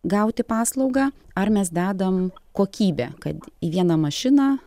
gauti paslaugą ar mes dedam kokybę kad į vieną mašiną